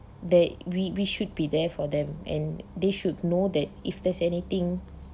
they we we should be there for them and they should know that if there's anything